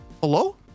hello